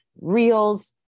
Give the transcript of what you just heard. reels